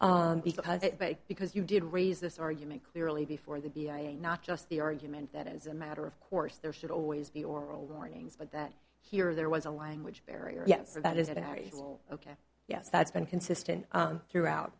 because because you did raise this argument clearly before that not just the argument that is a matter of course there should always be oral warnings but that here there was a language barrier yes that is an ok yes that's been consistent throughout